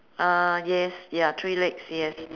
uh yes ya three legs yes